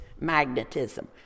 magnetism